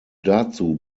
dazu